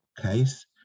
case